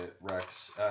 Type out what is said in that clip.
Rex